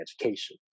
education